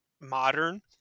modern